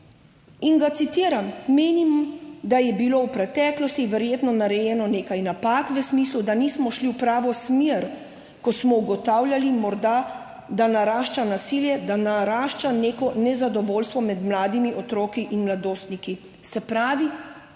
in ga citiram: »Menim, da je bilo v preteklosti verjetno narejeno nekaj napak v smislu, da nismo šli v pravo smer, ko smo ugotavljali, morda, da narašča nasilje, da narašča neko nezadovoljstvo med mladimi, otroki in mladostniki.« Se pravi,